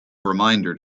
reminder